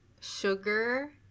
sugar